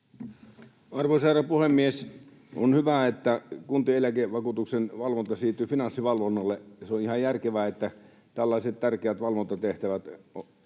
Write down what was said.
Arvoisa herra puhemies! On hyvä, että kuntien eläkevakuutuksen valvonta siirtyy Finanssivalvonnalle. Se on ihan järkevää, että tällaiset tärkeät valvontatehtävät